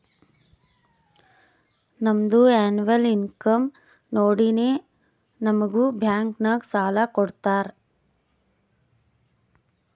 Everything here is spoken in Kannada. ನಮ್ದು ಎನ್ನವಲ್ ಇನ್ಕಮ್ ನೋಡಿನೇ ನಮುಗ್ ಬ್ಯಾಂಕ್ ನಾಗ್ ಸಾಲ ಕೊಡ್ತಾರ